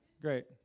Great